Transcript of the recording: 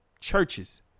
churches